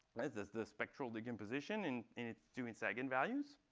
that's just the spectral decomposition and it's to its eigenvalues.